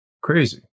Crazy